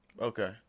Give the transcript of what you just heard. Okay